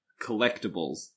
collectibles